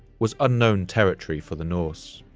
was unknown territory for the norse.